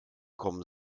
kommen